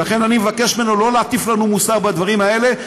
לכן אני מבקש ממנו שלא להטיף לנו מוסר בדברים האלה.